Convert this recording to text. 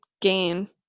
gain